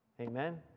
Amen